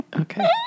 Okay